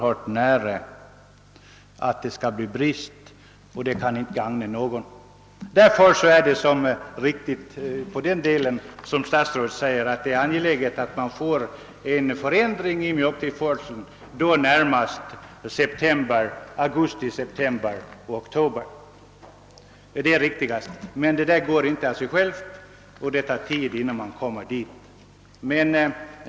Produktionen är så liten att det lätt kan bli brist, och det kan inte gagna någon. Därför är det riktigt som statsrådet säger att det är angeläget att man får en förändring i mjölktillförseln, då närmast under augusti, september och oktober. Men det går inte av sig självt, och det tar tid innan man kommer dit.